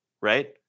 right